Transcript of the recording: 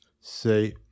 say